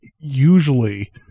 usually